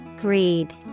Greed